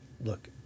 Look